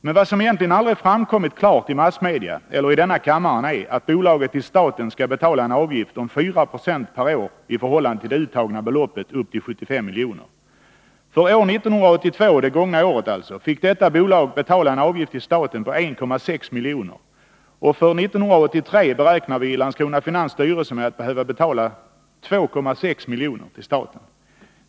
Men vad som egentligen aldrig har framkommit klart i massmedia eller i denna kammare är att bolaget till staten skall betala en avgift om 4 96 per år i förhållande till det uttagna beloppet upp till 75 miljoner. För år 1982 — det gångna året — fick detta bolag betala en avgift till staten på 1,6 miljoner, och för 1983 räknar vi i Landskrona Finans styrelse med att behöva betala ca 2,6 miljoner till staten.